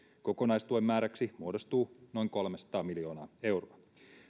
kokonaistuen määräksi muodostuu noin kolmesataa miljoonaa euroa